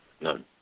none